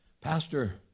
Pastor